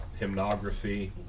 hymnography